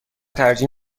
ترجیح